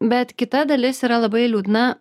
bet kita dalis yra labai liūdna